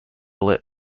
lip